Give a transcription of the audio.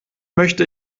möchte